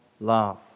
love